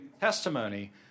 testimony